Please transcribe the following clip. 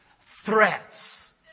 Threats